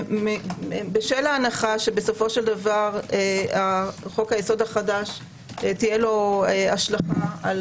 בשל ההנחה שבסופו של שדבר חוק היסוד החדש תהיה לו השלכה גם